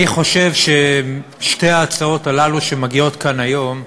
אני חושב ששתי ההצעות האלה, שמגיעות לכאן היום,